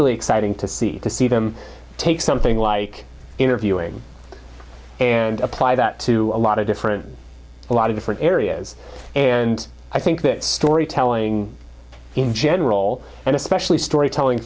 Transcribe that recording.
really exciting to see to see them take something like interviewing and apply that to a lot of different a lot of different areas and i think that storytelling in general and especially storytelling